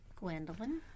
Gwendolyn